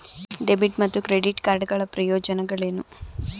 Debit ಮತ್ತು credit card ಗಳ ಪ್ರಯೋಜನಗಳೇನು?